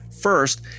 First